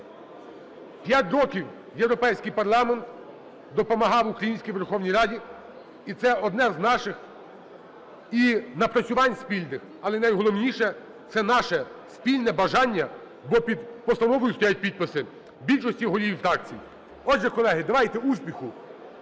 П'ять років Європейський парламент допомагав українській Верховній Раді, і це одне з наших і напрацювань спільних, але найголовніше – це наше спільне бажання, бо під постановою стоять підписи більшості голів фракцій. Отже, колеги, давайте, успіху,